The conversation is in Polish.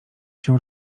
się